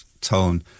tone